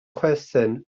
chwerthin